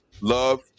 love